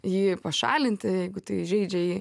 jį pašalinti jeigu tai žeidžia jį